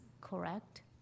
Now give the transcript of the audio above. correct